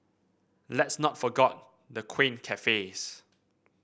let's not forgot the quaint cafes